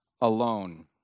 alone